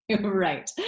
Right